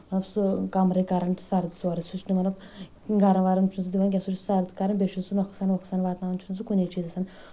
سُہ کَمرٕ کَران سرٕد سورُے سُہ چھُ نہٕ مطلب گَرُم ورُم چھُ نہٕ سُہ دِوان کیٚنٛہہ سُہ چھُ سَرٕد کَران بیٚیہِ چھُ نہٕ سُہ نۄقصان وۄقصان وتناوان چھُس نہٕ سُہ کُنی چیٖزِس